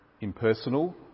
impersonal